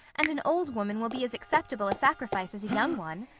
and an old woman will be as acceptable a sacrifice as a young one.